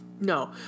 No